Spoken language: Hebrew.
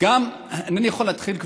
אינני יכול להתחיל,